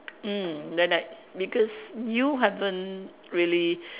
mm then I because you haven't really